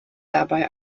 dabei